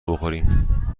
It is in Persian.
بخوریم